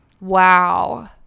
Wow